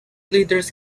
leaders